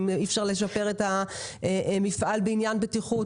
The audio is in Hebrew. אי אפשר לשפר את המפעל בעניין בטיחות?